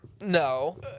No